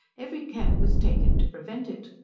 every care was taken to prevent it.